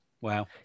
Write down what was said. Wow